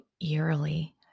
eerily